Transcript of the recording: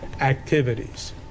activities